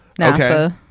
NASA